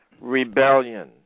rebellion